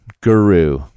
Guru